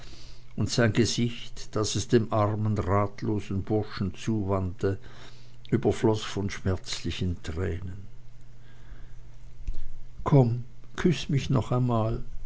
und sein gesicht das es dem armen ratlosen burschen zuwandte überfloß von schmerzlichen tränen komm küß mich noch einmal